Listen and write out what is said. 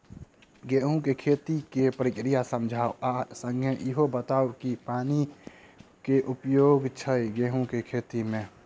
गेंहूँ केँ खेती केँ प्रक्रिया समझाउ आ संगे ईहो बताउ की पानि केँ की उपयोग छै गेंहूँ केँ खेती में?